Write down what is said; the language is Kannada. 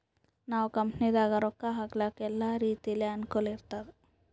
ನಾವ್ ಕಂಪನಿನಾಗ್ ರೊಕ್ಕಾ ಹಾಕ್ಲಕ್ ಎಲ್ಲಾ ರೀತಿಲೆ ಅನುಕೂಲ್ ಇರ್ತುದ್